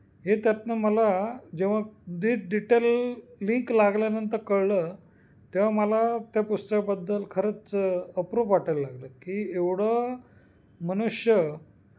हे त्यातनं मला जेव्हा डीट डिटेल लिंक लागल्यानंतर कळलं तेव्हा मला त्या पुस्तकाबद्दल खरंच अप्रूप वाटायला लागलं की एवढं मनुष्य